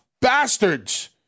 bastards